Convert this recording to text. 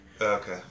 Okay